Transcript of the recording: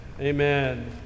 amen